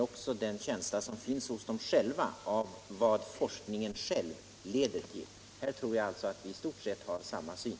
Jag tror alltså att vi här i stort sett har samma syn.